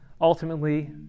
ultimately